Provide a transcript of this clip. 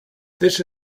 this